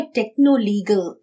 techno-legal